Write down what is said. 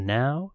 now